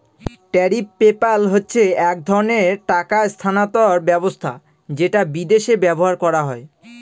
tariff PayPal হচ্ছে এক ধরনের টাকা স্থানান্তর ব্যবস্থা যেটা বিদেশে ব্যবহার করা হয়